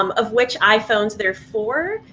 um of which iphones there for,